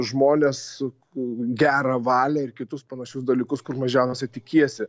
žmonės su gerą valią ir kitus panašius dalykus kur mažiausia tikiesi